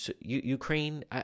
Ukraine